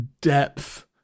depth